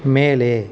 மேலே